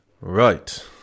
Right